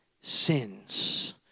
sins